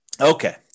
Okay